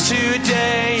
Today